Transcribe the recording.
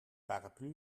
paraplu